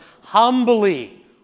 humbly